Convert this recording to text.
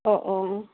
অঁ অঁ